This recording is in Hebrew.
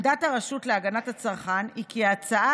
עמדת הרשות להגנת הצרכן היא כי ההצעה